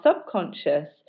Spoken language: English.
subconscious